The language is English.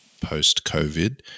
post-COVID